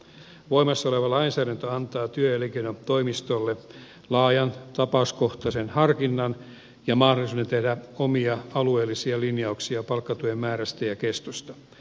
voimassa oleva lainsäädäntö antaa työ ja elinkeinotoimistolle laajan tapauskohtaisen harkinnan ja mahdollisuuden tehdä omia alueellisia linjauksia palkkatuen määrästä ja kestosta